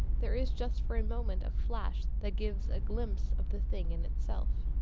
there is just for a moment a flash that gives a glimpse of the thing in itself.